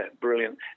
brilliant